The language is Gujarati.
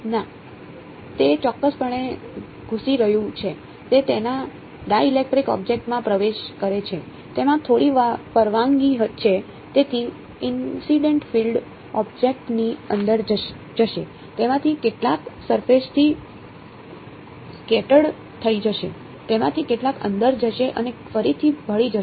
ના તે ચોક્કસપણે ઘૂસી રહ્યું છે તે તેના ડાઇલેક્ટ્રિક ઓબ્જેક્ટ થઈ જશે તેમાંથી કેટલાક અંદર જશે અને ફરીથી ભળી જશે